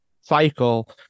cycle